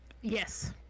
yes